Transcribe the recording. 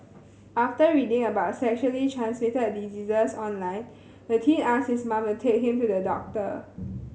after reading about sexually transmitted diseases online the teen asked his mother to take him to the doctor